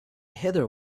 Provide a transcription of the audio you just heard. heather